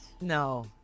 No